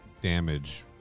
damage